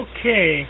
Okay